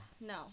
No